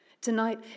Tonight